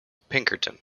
pinkerton